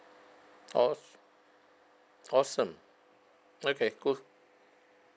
awes~ awesome okay cool